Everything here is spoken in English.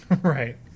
Right